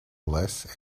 less